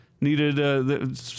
needed